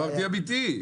זה אמיתי.